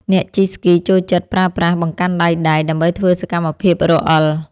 អ្នកជិះស្គីចូលចិត្តប្រើប្រាស់បង្កាន់ដៃដែក ដើម្បីធ្វើសកម្មភាពរអិល។